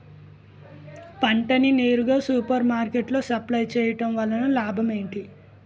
పంట ని నేరుగా సూపర్ మార్కెట్ లో సప్లై చేయటం వలన లాభం ఏంటి?